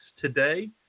today